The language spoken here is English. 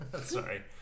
Sorry